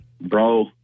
Bro